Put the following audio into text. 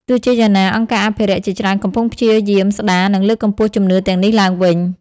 ទោះជាយ៉ាងណា អង្គការអភិរក្សជាច្រើនកំពុងព្យាយាមស្តារ និងលើកកម្ពស់ជំនឿទាំងនេះឡើងវិញ។